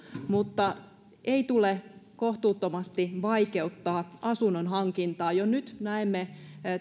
mutta ei tule kohtuuttomasti vaikeuttaa asunnon hankintaa jo nyt näemme